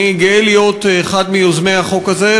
אני גאה להיות אחד מיוזמי החוק הזה,